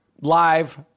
Live